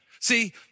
See